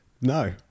No